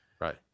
right